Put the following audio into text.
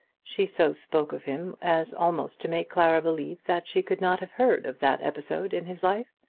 she so spoke of him as almost to make clara believe that she could not have heard of that episode in his life.